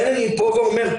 אני כן אפתח ואומר.